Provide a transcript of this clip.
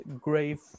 grave